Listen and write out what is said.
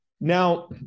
Now